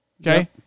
Okay